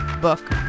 book